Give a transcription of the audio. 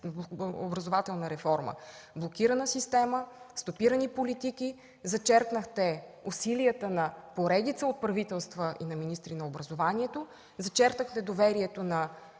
образователна реформа, блокирана система, стопирани политики. Зачеркнахте усилията на поредица от правителства и на министри на образованието. Зачеркнахте доверието на